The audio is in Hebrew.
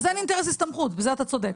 אז אין אינטרס הסתמכות, בזה אתה צודק.